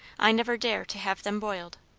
i never dare to have them boiled.